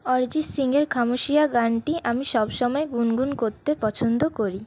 অরিজিৎ সিংহের খামোশিয়া গানটি আমি সব সময় গুনগুন করতে পছন্দ করি